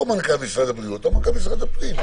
או מנכ"ל משרד הבריאות או מנכ"ל משרד הפנים.